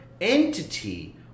entity